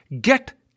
get